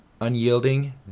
unyielding